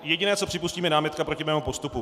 Jediné, co připustím, je námitka proti mému postupu.